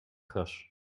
gras